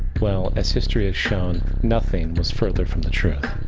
well, as history has shown, nothing was further from the truth.